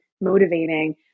motivating